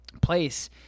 place